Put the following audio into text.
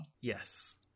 Yes